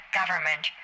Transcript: government